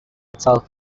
itself